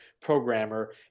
programmer